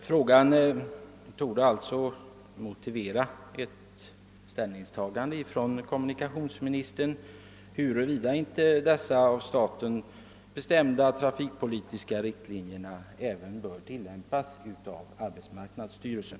Frågan torde alltså motivera ett ställningstagande från kommunikationsmi nisterns sida till frågan huruvida inte dessa av staten bestämda trafikpolitiska riktlinjer även bör tillämpas av arbetsmarknadsstyrelsen.